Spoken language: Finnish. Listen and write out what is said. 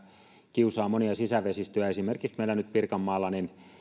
kiusaa monia sisävesistöjä esimerkiksi meillä nyt pirkanmaalla